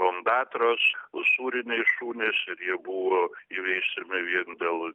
ondatros usūriniai šunys ir jie buvo įveisiami vien dėl